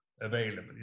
available